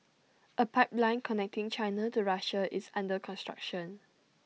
A pipeline connecting China to Russia is under construction